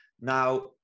Now